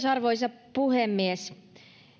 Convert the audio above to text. arvoisa puhemies